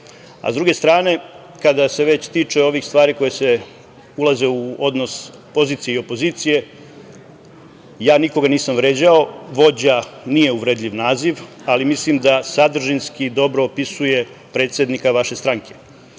druge strane, kada se već tiče ovih stvari koje se ulaze u odnos pozicije i opozicije, ja nikoga nisam vređao. Vođa nije uvredljiv naziv, ali mislim da sadržinski dobro opisuje predsednika vaše stranke